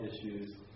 issues